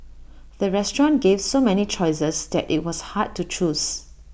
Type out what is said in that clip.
the restaurant gave so many choices that IT was hard to choose